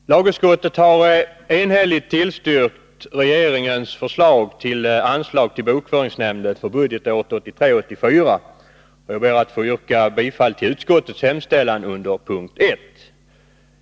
Herr talman! Lagutskottet har enhälligt tillstyrkt regeringens förslag till anslag till bokföringsnämnden för budgetåret 1983/84, och jag ber att få yrka bifall till utskottets hemställan under punkt 1.